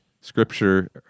scripture